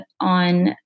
on